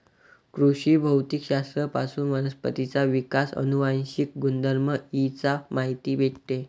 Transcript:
कृषी भौतिक शास्त्र पासून वनस्पतींचा विकास, अनुवांशिक गुणधर्म इ चा माहिती भेटते